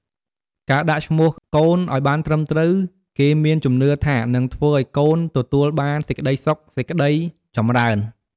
ការដាក់ឈ្មោះកូនឲ្យបានត្រឹមត្រូវ គេមានជំនឿថានិងធ្វើឲ្យកូនទទួលបានសេចក្ដីសុខសេក្ដីចម្រើន។